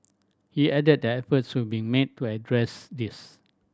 he added the efforts were being made to address this